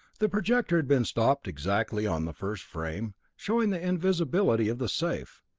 the projector had been stopped exactly on the first frame, showing the invisibility of the safe.